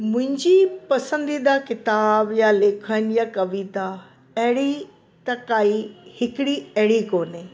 मुंहिंजी पसंदीदा किताबु या लेखन या कविता अहिड़ी त काई हिकिड़ी अहिड़ी कोन्हे